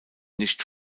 nicht